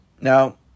Now